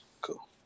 Cool